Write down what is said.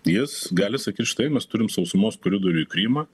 jis gali sakyt štai mes turim sausumos koridorių į krymą